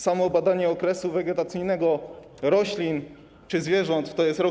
Samo badanie okresu wegetacyjnego roślin czy zwierząt to jest rok.